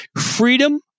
Freedom